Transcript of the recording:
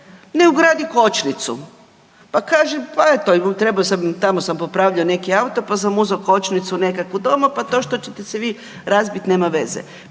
ne ugradi kočnicu. Pa kaže, pa eto, trebao sam tamo sam popravljao neki auto pa sam uzeo kočnicu nekakvu doma pa to što ćete se vi razbiti, nema veze.